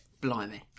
Blimey